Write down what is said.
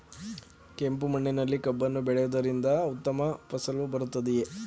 ಕೆಂಪು ಮಣ್ಣಿನಲ್ಲಿ ಕಬ್ಬನ್ನು ಬೆಳೆಯವುದರಿಂದ ಉತ್ತಮ ಫಸಲು ಬರುತ್ತದೆಯೇ?